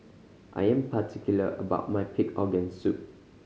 I am particular about my pig organ soup